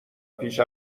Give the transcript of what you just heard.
پیش